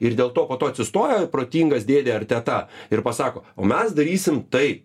ir dėl to po to atsistoja protingas dėdė ar teta ir pasako o mes darysim tai